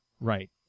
Right